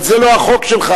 אבל זה לא החוק שלך,